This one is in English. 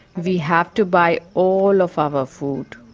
we have to buy all of our food.